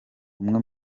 umwe